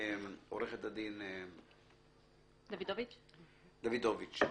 עורכת הדין הילה דוידוביץ'.